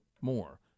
more